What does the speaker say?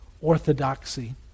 orthodoxy